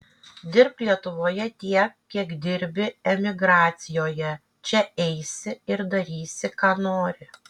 dirbk lietuvoje tiek kiek dirbi emigracijoje čia eisi ir darysi ką nori